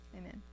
Amen